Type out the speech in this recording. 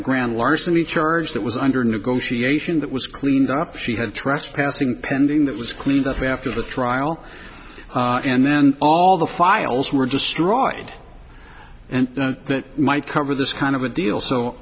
a grand larceny charge that was under negotiation that was cleaned up she had trespassing pending that was cleaned up after the trial and then all the files were destroyed and that might cover this kind of a deal so